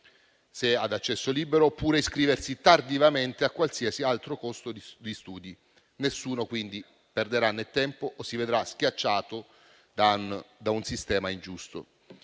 se ad accesso libero, oppure iscriversi tardivamente a qualsiasi altro corso di studi. Nessuno, quindi, perderà tempo o si vedrà schiacciato da un sistema ingiusto.